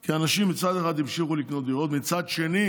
כי אנשים מצד אחד המשיכו לקנות דירות, ומצד שני